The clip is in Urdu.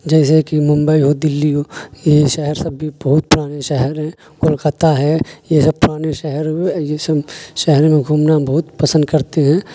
جیسے کہ ممبئی ہو دلّی ہو یہ شہر سب بھی بہت پرانے شہر ہیں کولکاتہ ہے یہ سب پرانے شہر ہوئے یہ سب شہروں میں گھومنا بہت پسند کرتے ہیں